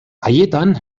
haietan